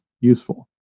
useful